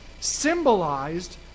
symbolized